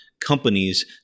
companies